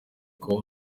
kuba